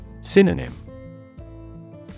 Synonym